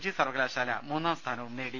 G സർവകലാശാല മൂന്നാംസ്ഥാനവും നേടി